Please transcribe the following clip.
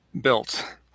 Built